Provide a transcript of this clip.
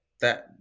that